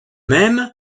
même